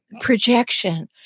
projection